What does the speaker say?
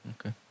Okay